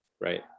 Right